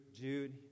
jude